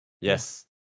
Yes